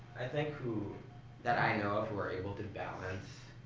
i think, who that i know of who are able to balance